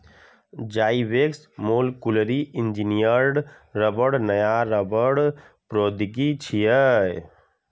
Zyvex molecularly engineered रबड़ नया रबड़ प्रौद्योगिकी छियै